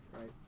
Right